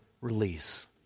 release